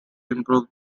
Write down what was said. improve